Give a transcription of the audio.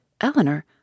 Eleanor